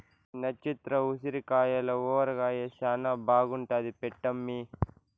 ఈ నచ్చత్ర ఉసిరికాయల ఊరగాయ శానా బాగుంటాది పెట్టమ్మీ